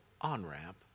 on-ramp